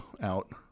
out